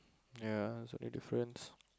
ya sorry difference